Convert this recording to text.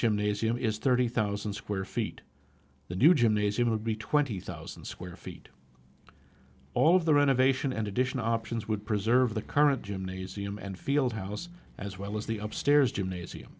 gymnasium is thirty thousand square feet the new gymnasium would be twenty thousand square feet all of the renovation and addition options would preserve the current gymnasium and field house as well as the upstairs gymnasium